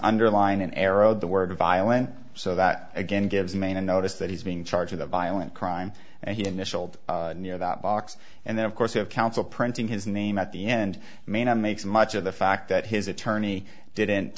underline arrowed the word violent so that again gives maine a notice that he's being charged with a violent crime and he initialed near that box and then of course have counsel printing his name at the end may not makes much of the fact that his attorney didn't